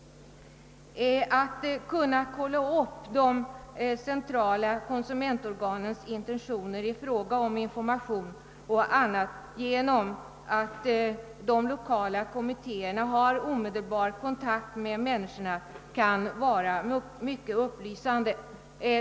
Att kunna kolla upp de centrala konsumentorganens intentioner beträffande information och annat genom den omedelbara kontakt med människorna, som de lokala kommittéerna har, kan vara mycket upplysande.